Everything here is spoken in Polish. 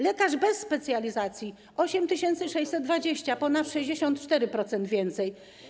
Lekarz bez specjalizacji - 8620 zł, ponad 64% więcej.